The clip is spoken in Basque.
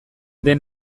den